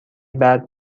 بعد